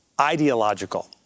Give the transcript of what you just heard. ideological